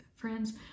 Friends